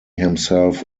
himself